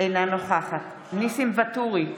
אינה נוכחת ניסים ואטורי,